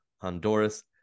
Honduras